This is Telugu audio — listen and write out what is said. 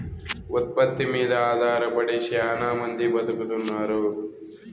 ఉత్పత్తి మీద ఆధారపడి శ్యానా మంది బతుకుతున్నారు